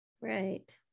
right